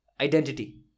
identity